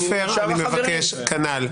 עופר, אני מבקש כנ"ל.